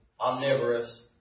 omnivorous